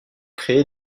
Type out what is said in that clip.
créer